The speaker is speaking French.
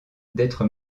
d’être